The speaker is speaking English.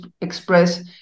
express